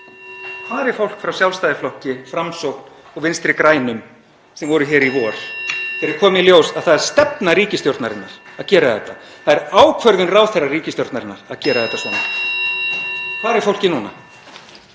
Hvar er fólk frá Sjálfstæðisflokki, Framsókn og Vinstri grænum sem var hér í vor þegar komið hefur í ljós að það er stefna ríkisstjórnarinnar að gera þetta? Það er ákvörðun ráðherra ríkisstjórnarinnar að gera þetta svona. Hvar er fólkið núna?